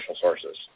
sources